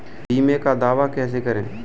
बीमे का दावा कैसे करें?